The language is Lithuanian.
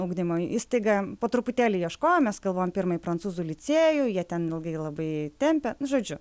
ugdymo įstaigą po truputėlį ieškojom mes galvojom pirmai į prancūzų licėjų jie ten labai tempė nu žodžiu